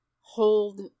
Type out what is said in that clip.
hold